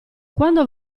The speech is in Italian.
quando